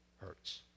hurts